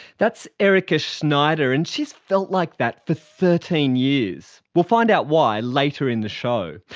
that's erika schneider, and she's felt like that for thirteen years. we'll find out why later in the show.